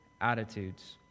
attitudes